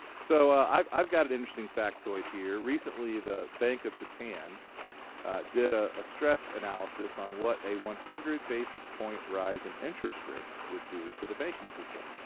so i've i've got an interesting factoid here. recently, the bank of japan did ah a stress analysis on what a one hundred basis point rise in interest rates would do to the banking system.